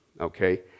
okay